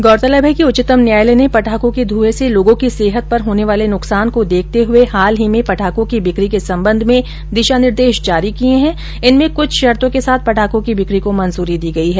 गौरतलब है कि उच्चतम न्यायालय ने पटाखों के धूएं से लोगों की सेहत पर होने वाले नुकसान को देखते हुए हाल ही में पटाखों की बिकी के संबंध में दिशा निर्देश जारी किये हैं जिनमें कुछ शर्तो के साथ पटाखों की बिकी को मंजूरी दी गई है